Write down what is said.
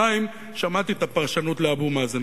שנית, שמעתי את הפרשנות לאבו מאזן.